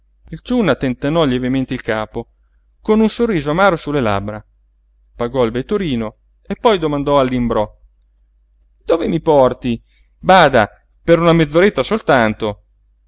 il ciunna tentennò lievemente il capo con un sorriso amaro su le labbra pagò il vetturino e poi domandò all'imbrò dove mi porti bada per una mezzoretta soltanto